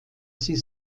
sie